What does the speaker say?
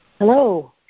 Hello